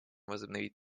возобновить